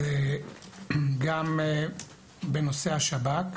בנושא השב"כ,